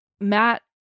Matt